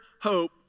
hope